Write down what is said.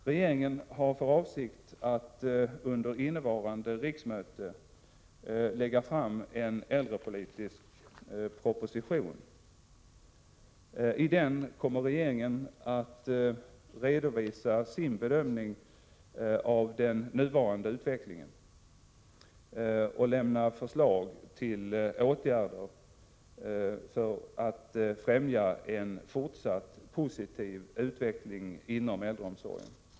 Regeringen har för avsikt att under innevarande riksmöte lägga fram en äldrepolitisk proposition. I den kommer regeringen att redovisa sin bedömning av den nuvarande utvecklingen och lämna förslag till åtgärder för att främja en fortsatt positiv utveckling inom äldreomsorgen.